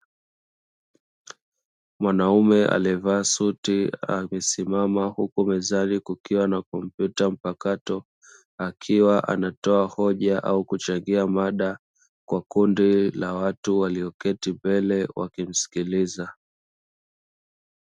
Mwanaume aliyevaa suti amesimama huku mezani kukiwa na kompyuta mpakato, akiwa anatoa hoja au kuchangia mada kwa kundi la watu walioketi mbele wakimskiliza.